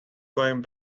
going